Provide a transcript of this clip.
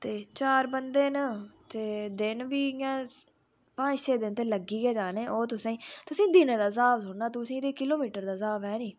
ते चार बंदे ना ते दन बी इयां पंज छे दिन लग्गी जाने तुसेंगी दिने दा स्हाब थोहड़ा तुसें गी ते किलोमिटर दे स्हाबें देना